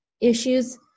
issues